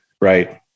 right